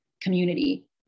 community